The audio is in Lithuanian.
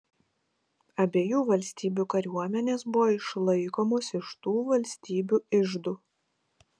abiejų valstybių kariuomenės buvo išlaikomos iš tų valstybių iždų